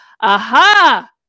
aha